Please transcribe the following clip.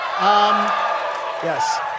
Yes